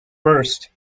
first